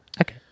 Okay